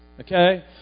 Okay